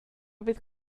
fydd